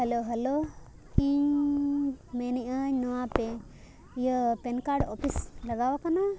hello hello ᱤᱧ ᱢᱮᱱᱮᱜᱼᱟᱹᱧ ᱱᱚᱣᱟ ᱯᱮ ᱤᱭᱟᱹ ᱯᱮᱱ ᱠᱟᱨᱰ ᱚᱯᱷᱤᱥ ᱞᱟᱜᱟᱣ ᱟᱠᱟᱱᱟ